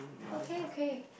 okay okay